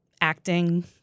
acting